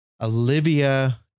Olivia